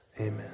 amen